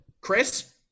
Chris